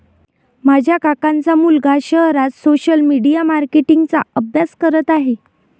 माझ्या काकांचा मुलगा शहरात सोशल मीडिया मार्केटिंग चा अभ्यास करत आहे